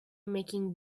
making